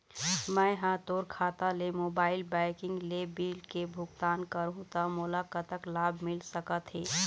मैं हा मोर खाता ले मोबाइल बैंकिंग ले बिल के भुगतान करहूं ता मोला कतक लाभ मिल सका थे?